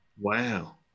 Wow